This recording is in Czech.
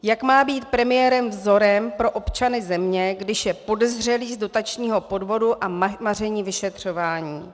Jak má být premiér vzorem pro občany země, když je podezřelý z dotačního podvodu a maření vyšetřování?